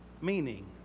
meaning